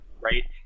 Right